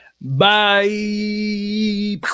Bye